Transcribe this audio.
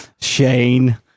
Shane